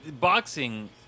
boxing